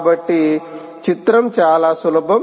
కాబట్టి చిత్రం చాలా సులభం